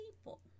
people